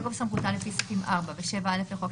בתוקף סמכותי לפי סעיפים 4 ו-7א לחוק